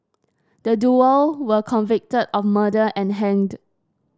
the duo were were convicted of murder and hanged